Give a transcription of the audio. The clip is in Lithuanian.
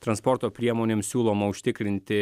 transporto priemonėms siūloma užtikrinti